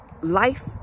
life